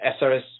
SRS